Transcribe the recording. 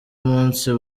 munsi